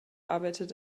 arbeitet